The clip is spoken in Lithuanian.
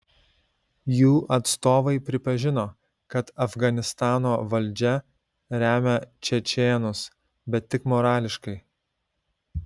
jų atstovai pripažino kad afganistano valdžia remia čečėnus bet tik morališkai